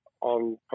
on